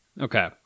okay